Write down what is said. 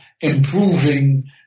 improving